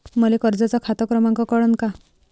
मले कर्जाचा खात क्रमांक कळन का?